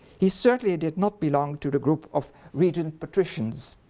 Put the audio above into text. he certainly did not belong to the group of regent patricians